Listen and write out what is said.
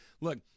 look